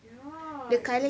ya